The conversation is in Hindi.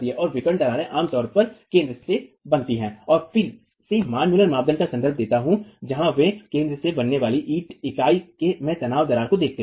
और विकर्ण दरारें आम तौर पर केंद्र से बनती हैं और मैं फिर से मान मुलर मानदंड का संदर्भ देता हूं जहां वे केंद्र में बनने वाली ईंट इकाई में तनाव दरार को देख रहे थे